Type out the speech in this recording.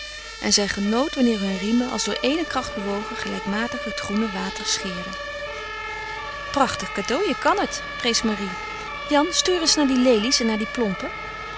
en zij genoot wanneer hun riemen als door éene kracht bewogen gelijkmatig het groene water scheerden prachtig cateau je kan het prees marie jan stuur eens naar die lelies en naar die plompen